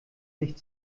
nicht